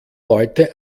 leute